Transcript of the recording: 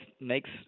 makes